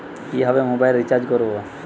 কিভাবে mobile recharge করব?